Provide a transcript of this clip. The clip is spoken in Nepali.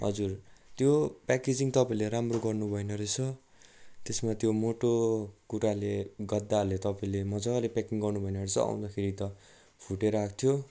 हजुर त्यो पेकेजिङ तपाईँहरूले राम्रो गर्नु भएन रहेछ त्यसमा त्यो मोटो कुराले गद्दाले तपाईँले मज्जाले पेकिङ गर्नु भएन रहेछ आउँदाखेरि त फुटेर आएको थियो